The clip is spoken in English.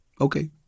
Okay